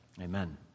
amen